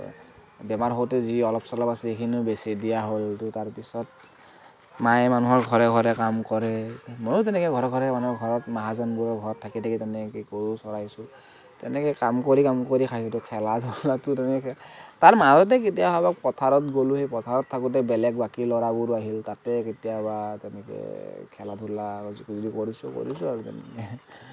বেমাৰ হওঁতে যি অলপ চলপ আছিল সেইখিনিও বেছি দিয়া হ'ল ত' তাৰপিছত মায়ে মানুহৰ ঘৰে ঘৰে কাম কৰে মইও তেনেকে ঘৰে ঘৰে মানুহৰ ঘৰত মহাজনবোৰৰ ঘৰত থাকি থাকি তেনেকে গৰু চৰাইছোঁ তেনেকে কাম কৰি কাম কৰি খেলা ধূলাটো তেনেকে তাৰ মাজতে কেতিয়াবা পথাৰত গ'লোঁ সেই পথাৰত থাকোঁতে বেলেগ বাকী ল'ৰাবোৰো আহিল তাতে কেতিয়াবা তেনেকে খেলা ধূলা যি কৰিছোঁ কৰিছোঁ আৰু তেনেকে